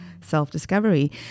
self-discovery